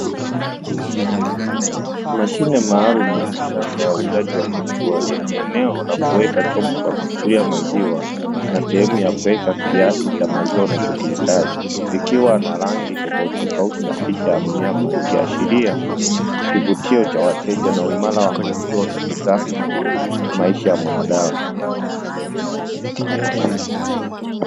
Mashine maalumu ya kisasa ya uuzaji wa maziwa yenye eneo la kuweka chombo cha kuchukulia maziwa na sehemu ya kuweka kiasi cha maziwa unachokihitaji, ikiwa na rangi tofauti tofauti na picha ya mnyama akiashiria kivutio cha wateja na uimara wa maziwa katika maisha ya mwanadamu.